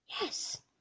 yes